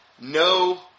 no